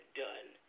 done